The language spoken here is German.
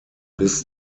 bis